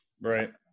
Right